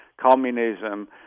communism